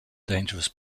dangerous